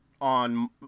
on